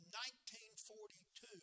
1942